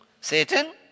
Satan